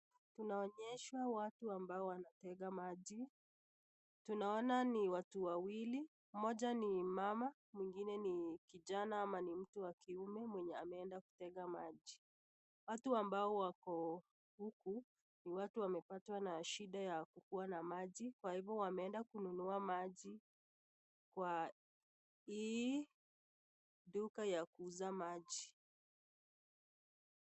Tunaonyeshwa watu ambao wanatega maji. Tunaona ni watu wawili mmoja ni mama mwingine ni kijana ama ni mtu wa kiume mwenye ameenda kutega maji. Watu ambao wako huku ni watu wamepatwa na shida ya kukuwa na maji kwa hivyo wameenda kununua maji kwa hii duka ya kuuza maji.